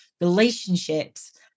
relationships